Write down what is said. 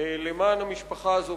למען המשפחה הזאת